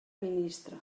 ministre